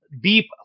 deep